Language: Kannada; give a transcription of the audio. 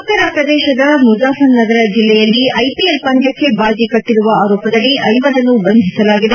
ಉತ್ತರ ಪ್ರದೇಶದ ಮುಜಾಫರ್ ನಗರ ಜಿಲ್ಲೆಯಲ್ಲಿ ಐಪಿಎಲ್ ಪಂದ್ಯಕ್ಷೆ ಬಾಜಿ ಕಟ್ಟರುವ ಆರೋಪದಡಿ ಐವರನ್ನು ಬಂಧಿಸಲಾಗಿದೆ